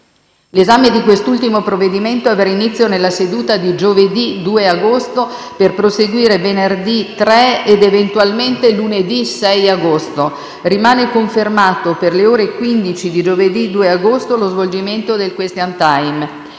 L'esame di quest'ultimo provvedimento avrà inizio nella seduta di giovedì 2 agosto, per proseguire venerdì 3 ed eventualmente lunedì 6 agosto. Rimane confermato per le ore 15 di giovedì 2 agosto lo svolgimento del *question time*.